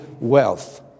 wealth